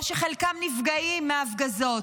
או שחלקם נפגעים מההפגזות.